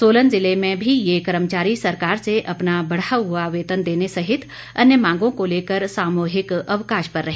सोलन जिले में भी ये कर्मचारी सरकार से अपना बढ़ा हुआ वेतन देने सहित अन्य मांगों को लेकर सामूहिक अवकाश पर रहे